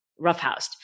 roughhoused